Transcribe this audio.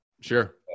Sure